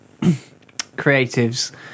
creatives